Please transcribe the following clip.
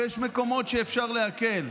ויש מקומות שאפשר להקל.